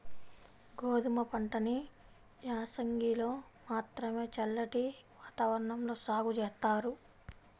గోధుమ పంటని యాసంగిలో మాత్రమే చల్లటి వాతావరణంలో సాగు జేత్తారు